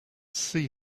see